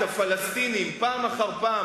דרך שמובילה את הפלסטינים פעם אחר פעם